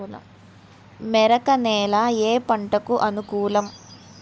మెరక నేల ఏ పంటకు అనుకూలం?